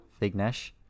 Fignesh